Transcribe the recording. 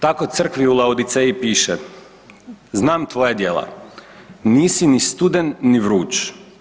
Tako crkvi u Laodiceji piše; znam tvoja djela, nisi ni studen ni vruć.